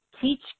Teach